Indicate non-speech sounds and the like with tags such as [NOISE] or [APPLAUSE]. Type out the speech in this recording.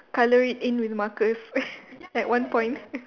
colour it in with markers [LAUGHS] at one point [LAUGHS]